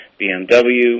BMW